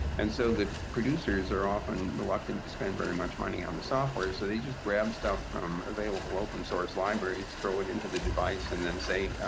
and so the producers are often reluctant to spend very much money on the software. so they just grab stuff from available open source libraries, throw it into the device, and then say,